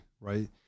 right